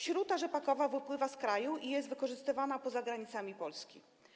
Śruta rzepakowa wypływa z kraju, jest wykorzystywana poza granicami Polski.